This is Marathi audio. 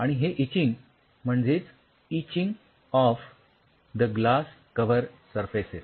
आणि हे इचिंग म्हणजेच etching of the glass cover surfaces